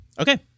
Okay